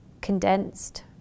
condensed